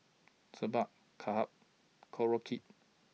Sambar Kimbap Korokke